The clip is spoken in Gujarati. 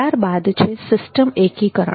ત્યારબાદ છે સિસ્ટમ એકીકરણ